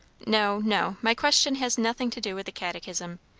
no, no my question has nothing to do with the catechism.